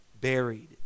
buried